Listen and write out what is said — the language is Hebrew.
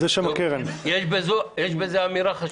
יש בזה אמירה חשובה.